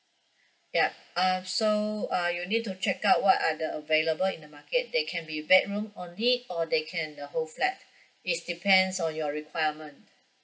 yup uh so uh you need to check out what are the available in the market they can be bedroom only or they can the whole flat is depends on your requirement